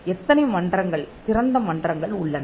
எத்தனை மன்றங்கள் திறந்த மன்றங்கள் உள்ளன